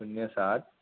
शुन्य साठ